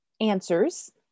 answers